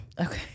Okay